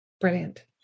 Brilliant